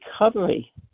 recovery